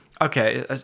Okay